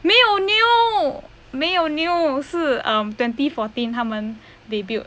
没有 new 没有 new 是 um twenty fourteen 他们 debut